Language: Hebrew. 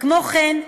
כמו כן,